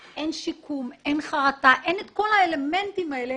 אין שיקום, אין חרטה, אין את כל האלמנטים האלה